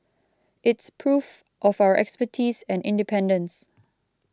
it's proof of our expertise and independence